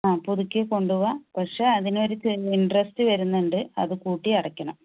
ആ പുതുക്കി കൊണ്ട് പോകാം പക്ഷെ അതിനൊരു ചെറിയ ഇൻറ്റെറെസ്റ്റ് വരുന്നുണ്ട് അത് കൂട്ടി അടക്കണം